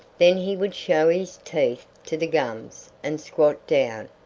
then he would show his teeth to the gums and squat down,